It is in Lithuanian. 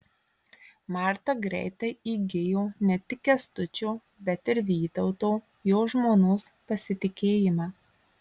marta greitai įgijo ne tik kęstučio bet ir vytauto jo žmonos pasitikėjimą